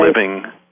living